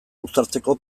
uztartzeko